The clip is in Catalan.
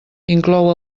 inclou